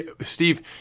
Steve